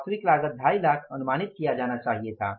वास्तविक लागत 25 लाख अनुमानित किया जाना चाहिए था